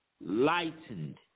lightened